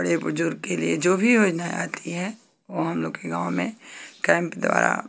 बड़े बुजुर्ग के लिए जो भी योजनाएँ आती हैं वो हम लोग के गाँव में कैंप द्वारा